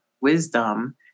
wisdom